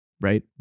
right